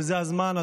וזה הזמן,